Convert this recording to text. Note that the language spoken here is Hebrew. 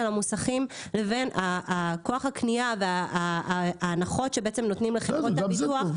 המוסכים לבין כוח הקנייה וההנחות שנותנים לחברות הביטוח.